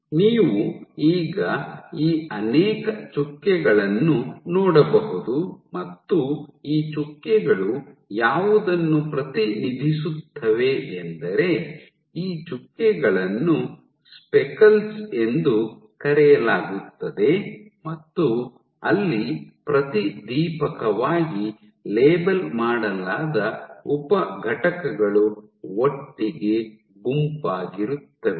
ನೀವು ಈಗ ಈ ಅನೇಕ ಚುಕ್ಕೆಗಳನ್ನು ನೋಡಬಹುದು ಮತ್ತು ಈ ಚುಕ್ಕೆಗಳು ಯಾವುದನ್ನು ಪ್ರತಿನಿಧಿಸುತ್ತವೆ ಎಂದರೆ ಈ ಚುಕ್ಕೆಗಳನ್ನು ಸ್ಪೆಕಲ್ಸ್ ಎಂದು ಕರೆಯಲಾಗುತ್ತದೆ ಮತ್ತು ಅಲ್ಲಿ ಪ್ರತಿದೀಪಕವಾಗಿ ಲೇಬಲ್ ಮಾಡಲಾದ ಉಪ ಘಟಕಗಳು ಒಟ್ಟಿಗೆ ಗುಂಪಾಗಿರುತ್ತವೆ